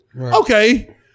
Okay